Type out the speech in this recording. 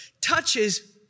touches